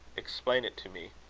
explain it to me.